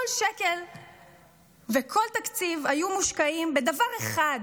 כל שקל וכל תקציב היו מושקעים בדבר אחד,